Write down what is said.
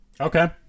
Okay